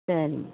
சரிங்க